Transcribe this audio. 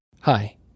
Hi